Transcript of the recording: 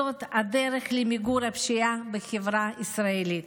זאת הדרך למיגור הפשיעה בחברה הישראלית.